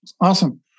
Awesome